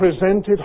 presented